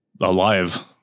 alive